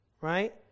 right